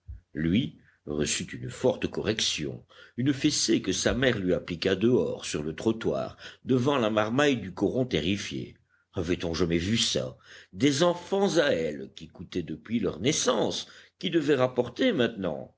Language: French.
lui reçut une forte correction une fessée que sa mère lui appliqua dehors sur le trottoir devant la marmaille du coron terrifiée avait-on jamais vu ça des enfants à elle qui coûtaient depuis leur naissance qui devaient rapporter maintenant